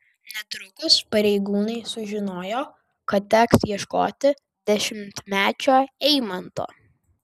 netrukus pareigūnai sužinojo kad teks ieškoti dešimtmečio eimanto